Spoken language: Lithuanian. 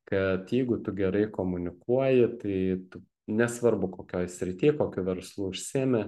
kad jeigu tu gerai komunikuoji tai tu nesvarbu kokioj srity kokiu verslu užsiemi